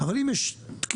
אבל אם יש תקיעות,